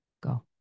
Go